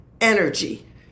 energy